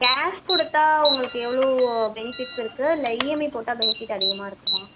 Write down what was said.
cash கொடுத்தா உங்களுக்கு எவ்வளோ பெனிஃபிட்ஸ் இருக்குது இல்லை இஎம்ஐ போட்டால் பெனிஃபிட் அதிகமாக இருக்குமா